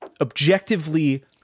Objectively